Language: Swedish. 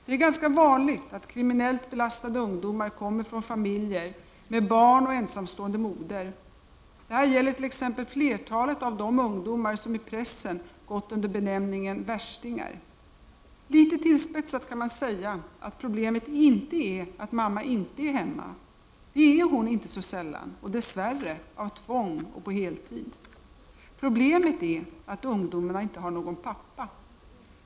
Det är ganska vanligt att kriminellt belastade ungdomar kommer från familjer med barn och ensamstående moder. Detta gäller t.ex. flertalet av de ungdomar som i pressen gått under benämningen värstingar. Litet tillspetsat kan man säga att problemet inte är att mamma inte är hemma. Det är hon inte så sällan och dess värre av tvång och på heltid. Problemet är att ungdomarna inte har någon pappa.